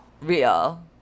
Real